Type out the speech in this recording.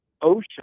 ocean